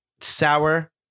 Sour